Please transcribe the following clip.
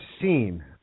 seen